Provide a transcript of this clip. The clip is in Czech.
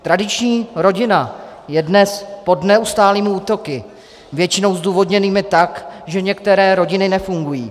Tradiční rodina je dnes pod neustálými útoky, většinou zdůvodněnými tak, že některé rodiny nefungují.